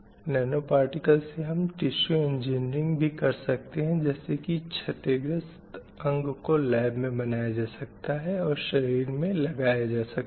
nano particle से हम tissue engineering भी कर सकते हैं जैसे की क्षतिग्रस्त अंग को लैब में बनाया जा सकता है और शरीर में लगाया जा सकता है